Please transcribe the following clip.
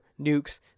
nukes